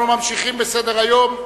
אנחנו ממשיכים בסדר-היום.